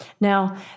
Now